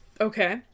Okay